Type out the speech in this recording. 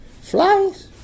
flies